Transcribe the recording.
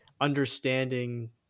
understanding